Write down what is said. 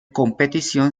competición